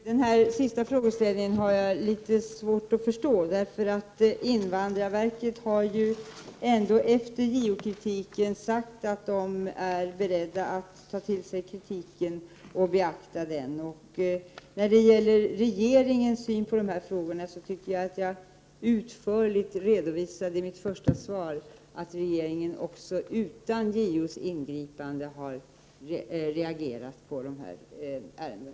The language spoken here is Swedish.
Herr talman! Den sista frågeställningen har jag litet svårt att förstå. Invandrarverket har ändå efter JO:s kritik sagt att man är beredd att ta till sig av kritiken och beakta den. När det gäller regeringens syn på dessa frågor tycker jag att jag utförligt redovisat den i mitt svar. Regeringen har utan JO:s ingripande reagerat på dessa ärenden.